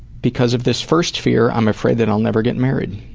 because of this first fear, i'm afraid that i'll never get married.